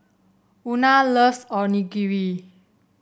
Una loves Onigiri